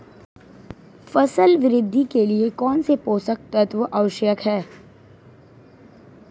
फसल वृद्धि के लिए कौनसे पोषक तत्व आवश्यक हैं?